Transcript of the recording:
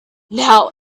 now